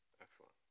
Excellent